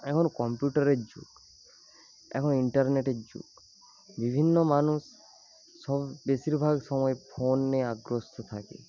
এখন কম্পিউটারের যুগ এখন ইন্টারনেটের যুগ বিভিন্ন মানুষ বেশিরভাগ সময় ফোন নিয়ে আগ্রস্ত থাকে